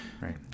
Right